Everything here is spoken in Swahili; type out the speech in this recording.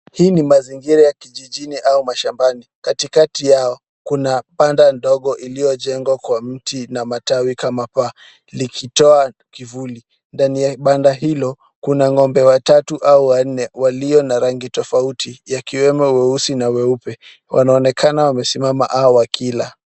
Hii ni mazingira ya kijijini au mashambani. Katikati yao, kuna banda ndogo iliyojengwa kwa mti na matawi kama paa likitoa kivuli. Ndani ya banda hilo, kuna ng'ombe watatu au wanne walio na rangi tofuati, yakiwemo weusi na weupe. Wanaonekana wamesimama au wakila.